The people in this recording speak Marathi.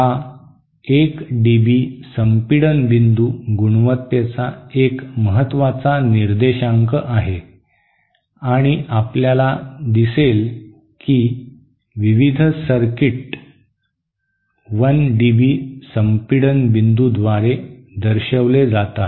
हा 1 डीबी संपीडन बिंदू गुणवत्तेचा एक महत्वाचा निर्देशांक आहे आणि आपल्याला दिसेल की विविध सर्किट 1 डीबी संपीडन बिंदू द्वारे दर्शविले जातात